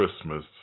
Christmas